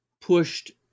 pushed